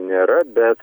nėra bet